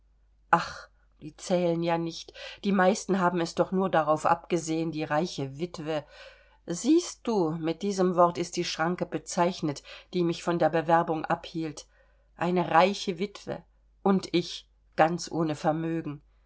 ach die zählen ja nicht die meisten haben es doch nur darauf abgesehen die reiche wittwe siehst du mit diesem wort ist die schranke bezeichnet die mich von der bewerbung abhielt eine reiche witwe und ich ganz ohne vermögen